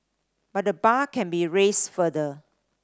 but the bar can be raised further